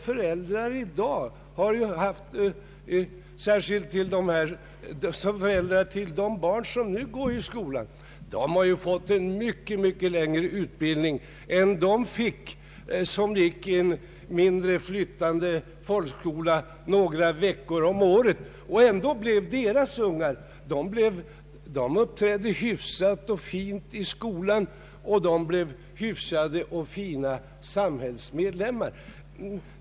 Föräldrarna till de barn som nu går i skolan har fått en mycket längre utbildning än de föräldrar som under sin skoltid gick i en mindre och flyttande folkskola några veckor om året. Ändå uppträdde deras barn hyfsat i skolan och blev hyfsade samhällsmedlemmar.